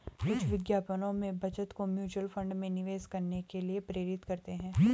कुछ विज्ञापनों में बचत को म्यूचुअल फंड में निवेश करने के लिए प्रेरित करते हैं